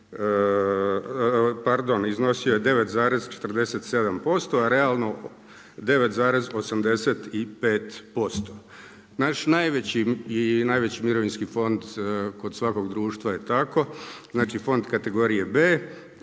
iznosi 9,47%, a realno 9,85%. Naš najveći mirovinski fond, kod svakog društva je tako, znači fond kategorije B.